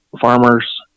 farmers